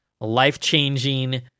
life-changing